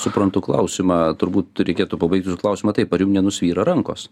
suprantu klausimą turbūt reikėtų pabaigt jūsų klausimą taip ar jum nenusvyra rankos